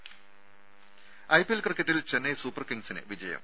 രുര ഐപിഎൽ ക്രിക്കറ്റിൽ ചെന്നൈ സൂപ്പർ കിങ്സിന് വിജയം